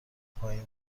پایین